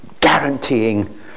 guaranteeing